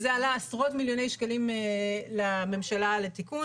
זה עלה לממשלה לתקן